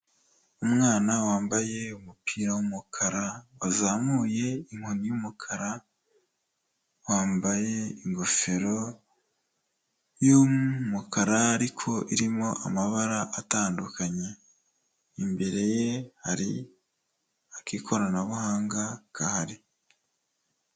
Umwana wambaye umupira w'umukara, wazamuye inkoni y'umukara, wambaye ingofero y'umukara ariko irimo amabara atandukanye, imbere ye hari ak'ikoranabuhanga gahari.